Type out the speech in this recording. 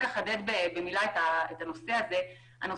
אני מבקשת לחדד במילה את הנושא הזה.